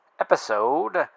episode